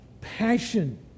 passion